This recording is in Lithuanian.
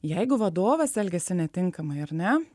jeigu vadovas elgiasi netinkamai ar ne